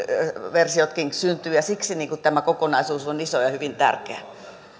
versiot syntyvät siksi tämä kokonaisuus on iso ja hyvin tärkeä